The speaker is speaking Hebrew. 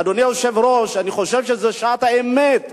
אדוני היושב-ראש, אני חושב שזו שעת האמת שאנחנו,